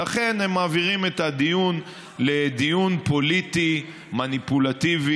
לכן הם מעבירים את הדיון לדיון פוליטי מניפולטיבי,